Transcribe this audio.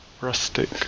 Rustic